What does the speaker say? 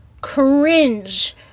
cringe